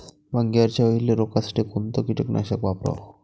वांग्यावरच्या अळीले रोकासाठी कोनतं कीटकनाशक वापराव?